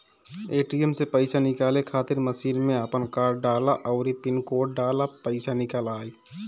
ATM से पईसा निकाले खातिर मशीन में आपन कार्ड डालअ अउरी पिन कोड डालके पईसा निकाल लअ